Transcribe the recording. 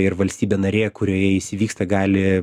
ir valstybė narė kurioje jis įvyksta gali